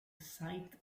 site